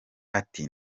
ati